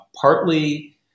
partly